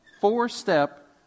four-step